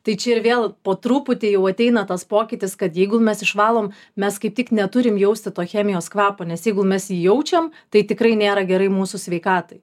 tai čia ir vėl po truputį jau ateina tas pokytis kad jeigu mes išvalom mes kaip tik neturim jausti to chemijos kvapo nes jeigu mes jį jaučiam tai tikrai nėra gerai mūsų sveikatai